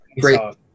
great